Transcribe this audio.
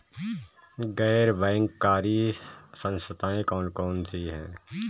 गैर बैंककारी संस्थाएँ कौन कौन सी हैं?